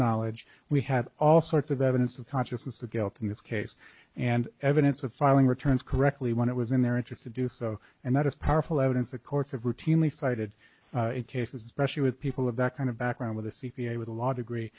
knowledge we have all sorts of evidence of consciousness of guilt in this case and evidence of filing returns correctly when it was in their interest to do so and that is powerful evidence the courts have routinely cited in cases especially with people of that kind of background with a c p a with a law degree